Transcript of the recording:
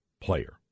player